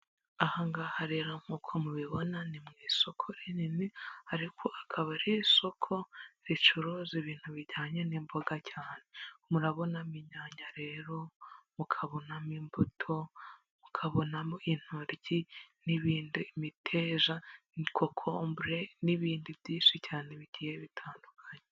Aha ngaha rero nk'uko mubibona ni mu isoko rinini ariko akaba ari isoko ricuruza ibintu bijyanye n'imboga cyane murabonamo inyanya rero, mukabonamo imbuto, mukabonamo intoryi n'ibindi, imiteja, kokombule n'ibindi byinshi cyane bigiye bitandukanye.